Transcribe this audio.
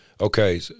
okay